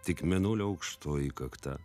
tik mėnulio aukštoji kakta